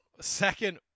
Second